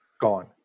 gone